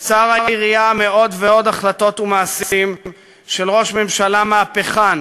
תקצר היריעה מעוד ועוד החלטות ומעשים של ראש ממשלה מהפכן,